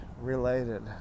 related